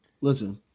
Listen